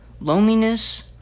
Loneliness